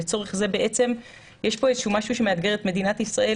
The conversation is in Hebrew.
לצורך זה בעצם יש פה משהו שמאתגר את מדינת ישראל,